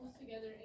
together